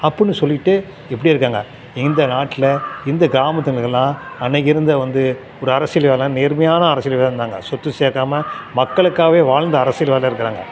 அப்புடினு சொல்லிட்டு எப்படி இருக்காங்க இந்த நாட்டில் இந்த கிராமத்திலயெல்லாம் அன்றைக்கி இருந்து வந்து ஒரு அரசியல்வாதியெல்லாம் நேர்மையான அரசியல்வாதியாக இருந்தாங்க சொத்து சேர்க்காம மக்களுக்காகவே வாழ்ந்த அரசியல்வாதியெல்லாம் இருக்கிறாங்க